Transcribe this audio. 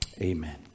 Amen